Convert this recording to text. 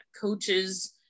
coaches